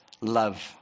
Love